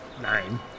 nine